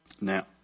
Now